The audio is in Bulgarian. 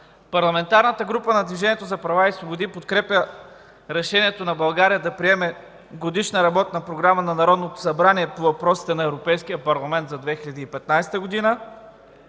Парламентарната група на Движението за права и свободи подкрепя решението на България да приеме Годишна работна програма на Народното събрание по въпросите на Европейския парламент за 2015 г.